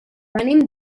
venim